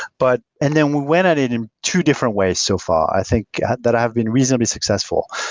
but and then we went at it in two different ways so far i think that i have been reasonably successful.